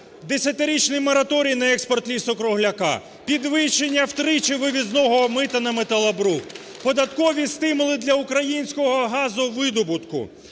Десятирічний мораторій на експорт лісу-кругляка; підвищення втричі вивізного мита на металобрухт; податкові стимули для українського газовидобутку;